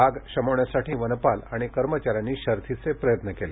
आग विझवण्यासाठी वनपाल आणि कर्मचाऱ्यांनी शर्थीचे प्रयत्न केले